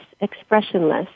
expressionless